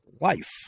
life